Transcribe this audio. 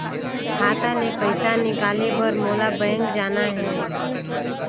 खाता ले पइसा निकाले बर मोला बैंक जाना हे?